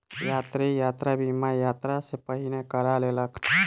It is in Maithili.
यात्री, यात्रा बीमा, यात्रा सॅ पहिने करा लेलक